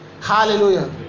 Hallelujah